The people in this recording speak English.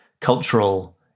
cultural